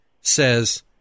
says